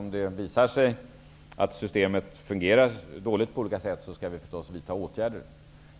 Om det visar sig att systemet fungerar dåligt, skall vi självfallet vidta åtgärder.